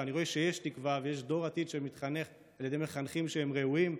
אני רואה שיש תקווה ויש דור עתיד שמתחנך על ידי מחנכים שהם ראויים.